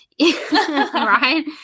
Right